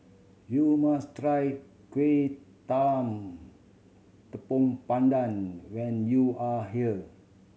you must try Kueh Talam Tepong Pandan when you are here